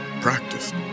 practiced